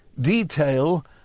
detail